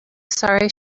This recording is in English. sorry